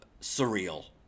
surreal